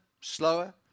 slower